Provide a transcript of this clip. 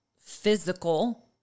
physical